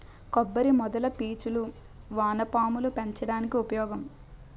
కొబ్బరి మొదల పీచులు వానపాములు పెంచడానికి ఉపయోగం